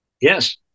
Yes